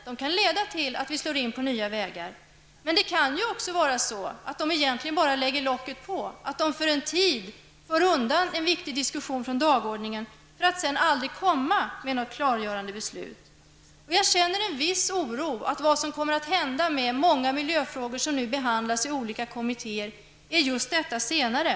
De kan leda till att vi slår in på nya vägar. Men det kan också vara så, att man när det gäller dessa utredningar egentligen bara lägger locket på. Under en tid för man undan en viktig diskussion från dagordningen och sedan blir det aldrig något klargörande beslut. Jag känner en viss oro för att det som kommer att hända med de många miljöfrågor som för närvarande behandlas i olika kommittéer är just det senare.